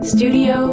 Studio